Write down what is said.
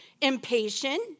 impatient